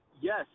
Yes